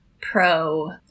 pro